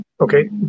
Okay